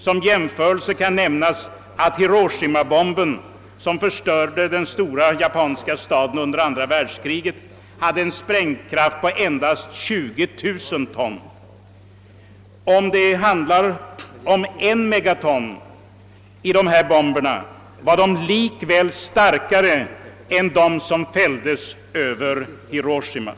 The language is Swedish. Som jämförelse kan nämnas att Hiroshimabomben, som förstörde den stora japanska staden under andra världskriget, hade en sprängkraft av endast 20000 ton. Om de aktuella bomberna har en sprängkraft på 1 megaton, så är de likväl kraftigare än den bomb som fälldes över Hiroshiraa.